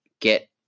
get